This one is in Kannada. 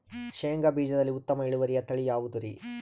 ಶೇಂಗಾ ಬೇಜದಲ್ಲಿ ಉತ್ತಮ ಇಳುವರಿಯ ತಳಿ ಯಾವುದುರಿ?